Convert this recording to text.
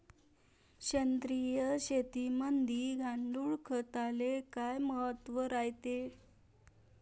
सेंद्रिय शेतीमंदी गांडूळखताले काय महत्त्व रायते?